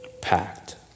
packed